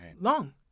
long